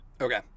Okay